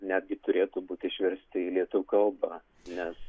netgi turėtų būti išversti į lietuvių kalbą nes